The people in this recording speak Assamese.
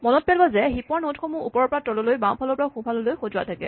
মনত পেলোৱা যে হিপ ৰ নড সমূহ ওপৰৰ পৰা তললৈ বাওঁফালৰ পৰা সোঁফাললৈ সজোৱা থাকে